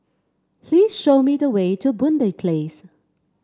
please show me the way to Boon Lay Place